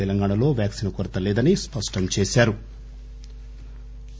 తెలంగాణలో వ్యాక్సిన్ కొరత లేదని స్పష్టం చేశారు